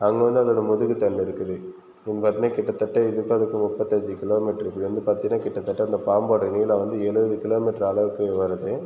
அங்கே வந்து அதோட முதுகு தண்டு இருக்குது இங்கே பார்த்திங்கன்னா கிட்டத்தட்ட இதுக்கும் அதுக்கும் முப்பத்தஞ்சு கிலோமீட்டருலருந்து பார்த்திங்கன்னா கிட்டத்தட்ட அந்த பாம்போட நீளம் வந்து எழுபது கிலோமீட்டர் அளவுக்கு வருது